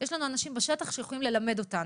יש לנו אנשים בשטח שיכולים ללמד אותנו.